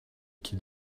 qui